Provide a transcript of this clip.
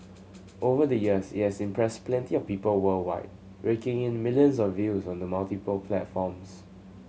over the years it has impressed plenty of people worldwide raking in millions of views on the multiple platforms